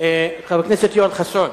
חבר הכנסת יואל חסון,